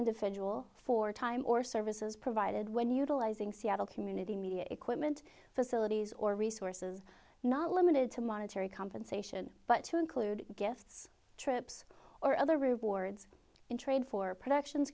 individual for time or services provided when utilizing seattle community media equipment facilities or resources not limited to monetary compensation but to include gifts trips or other rewards in trade for productions